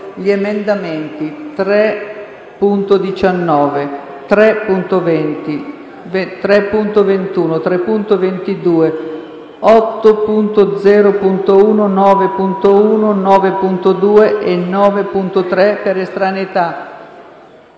gli emendamenti 3.19, 3.20, 3.21, 3.22, 8.0.1, 9.1, 9.2, 9.3 e 9.4, per estraneità